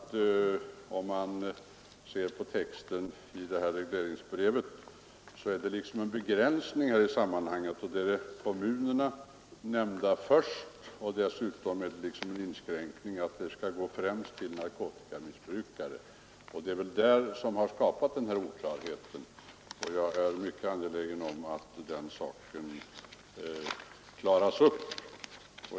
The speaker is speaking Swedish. Texten i regleringsbrevet innebär däremot en begränsning. Där är kommunerna nämnda först och vidare finns en inskränkning så till vida att anslaget skall användas ”främst för narkotikamissbrukare”. Det är detta som skapat den här oklarheten, och jag är mycket angelägen om att det hela klaras upp.